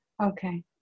Okay